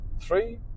three